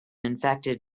infected